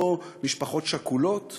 לא משפחות שכולות,